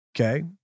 okay